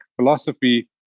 philosophy